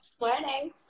morning